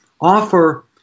offer